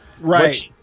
right